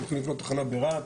הולכים לבנות תחנה ברהט.